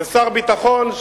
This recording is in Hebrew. ושר ביטחון,